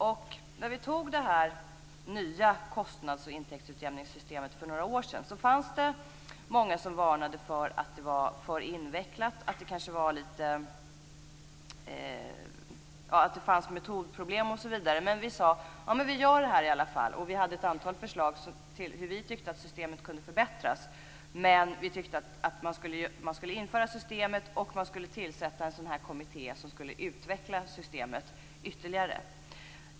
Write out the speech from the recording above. När vi för några år sedan tog det nya kostnads och intäktsutjämningssystemet var det många som varnade och sade att det var för invecklat, att det fanns metodproblem osv. men vi sade: Vi gör det här i alla fall. Vi hade ett antal förslag om hur systemet kunde förbättras. Vi tyckte att systemet skulle införas och att en kommitté skulle tillsättas för att utveckla systemet ytterligare.